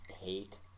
hate